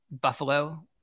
Buffalo